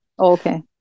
Okay